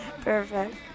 Perfect